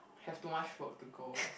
have too much work to go